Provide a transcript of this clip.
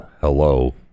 hello